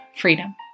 freedom